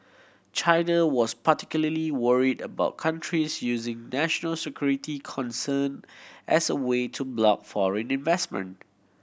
China was particularly worried about countries using national security concern as a way to block foreign investment